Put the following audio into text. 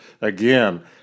again